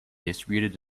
distributed